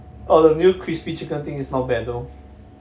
err the new crispy chicken thing is not bad though